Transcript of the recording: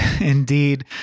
indeed